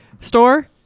store